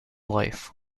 life